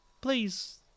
please